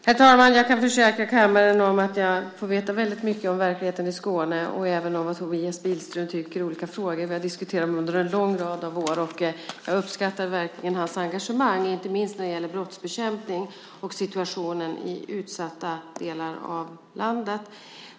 Herr talman! Jag kan försäkra kammaren om att jag får veta väldigt mycket om verkligheten i Skåne och även om vad Tobias Billström tycker i olika frågor. Vi har diskuterat dem under en lång rad av år. Och jag uppskattar verkligen hans engagemang, inte minst när det gäller brottsbekämpning och situationen i utsatta delar av landet.